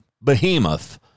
behemoth